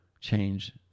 change